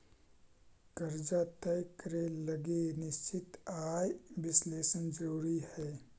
कर्जा तय करे लगी निश्चित आय विश्लेषण जरुरी हई